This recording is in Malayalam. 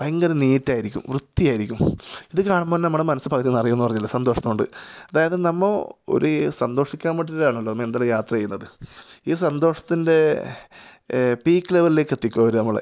ഭയങ്കര നീറ്റായിരിക്കും വൃത്തിയായിരിക്കും ഇത് കാണുമ്പോൾ തന്നെ നമ്മുടെ മനസ്സ് പകുതി നിറയും എന്നു പറഞ്ഞില്ലേ സന്തോഷം കൊണ്ട് അതായത് നമ്മൾ ഒരേ സന്തോഷിക്കാന് വേണ്ടിയിട്ടാണല്ലോ നിരന്തരം യാത്ര ചെയ്യുന്നത് ഈ സന്തോഷത്തിന്റെ പീക്ക് ലെവലിലേക്കെത്തിക്കും അവർ നമ്മളെ